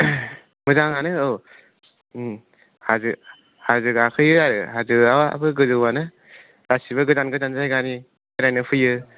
मोजाङानो औ हाजो हाजो गाखोयो आरो हाजोआबो गोजौ आनो गासिबो गोजान गोजान जायगानि बेरायनो फैयो